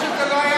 אם כן,